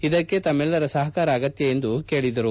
ಇದಕ್ಕೆ ತಮ್ಮೆಲ್ಲರ ಸಹಕಾರ ಅಗತ್ಯ ಎಂದು ಹೇಳಿದರು